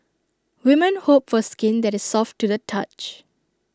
women hope for skin that is soft to the touch